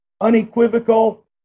unequivocal